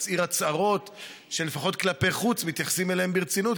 להצהיר הצהרות שלפחות כלפי חוץ מתייחסים אליהן ברצינות,